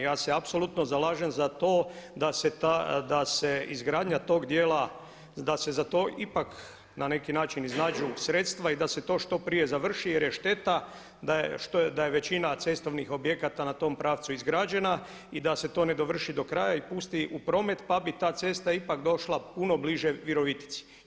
I ja se apsolutno zalažem za to da se izgradnja tog dijela da se za to ipak na neki način iznađu sredstva i da se to što prije završi jer je šteta da je većina cestovnih objekata na tom pravcu izgrađena i da se to ne dovrši do kraja i pusti u promet pa bi ta cesta ipak došla puno bliže Virovitici.